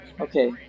Okay